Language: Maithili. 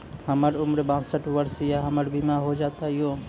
हमर उम्र बासठ वर्ष या हमर बीमा हो जाता यो?